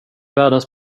världens